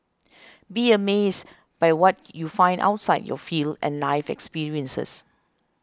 be amazed by what you find outside your field and life experiences